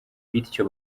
bityo